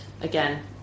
again